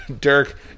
Dirk